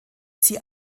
sie